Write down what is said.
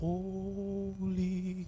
Holy